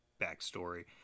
backstory